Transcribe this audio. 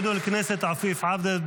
(אומר דברים בשפה הערבית).